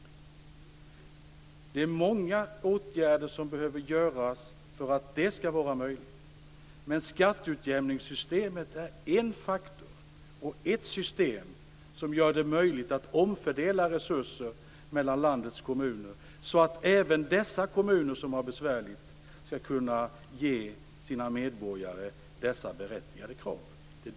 Det är många åtgärder som behöver vidtas för att det skall bli möjligt. Men skatteutjämningssystemet är en faktor och ett system som gör det möjligt att omfördela resurser mellan landets kommuner, så att även de kommuner som har det besvärligt skall kunna tillgodose sina medborgare i dessa berättigade krav.